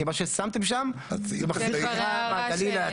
כי מה ששמתם שם זה מחזיק רק את הטכניון.